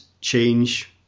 change